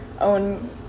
own